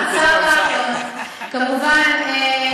אה, השר כחלון, כמובן.